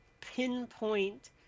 pinpoint